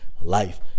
life